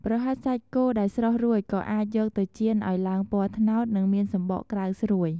ប្រហិតសាច់គោដែលស្រុះរួច ក៏អាចយកទៅចៀនឱ្យឡើងពណ៌ត្នោត និងមានសំបកក្រៅស្រួយ។